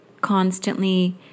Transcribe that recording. constantly